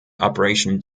operation